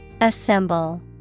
Assemble